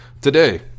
Today